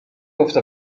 گفته